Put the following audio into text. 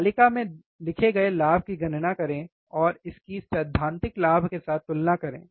तालिका में लिखे गए लाभ की गणना करें और इसकी सैद्धांतिक लाभ के साथ तुलना करें